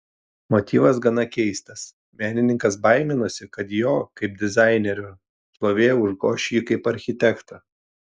motyvas gana keistas menininkas baiminosi kad jo kaip dizainerio šlovė užgoš jį kaip architektą